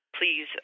Please